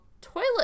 toilet